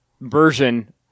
version